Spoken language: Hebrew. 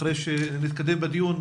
אחרי שנתקדם בדיון,